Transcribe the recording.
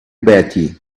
batty